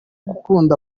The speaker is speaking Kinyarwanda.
gukunda